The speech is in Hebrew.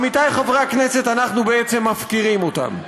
עמיתיי חברי הכנסת, אנחנו בעצם מפקירים אותם.